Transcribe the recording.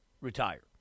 retire